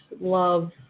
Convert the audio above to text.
love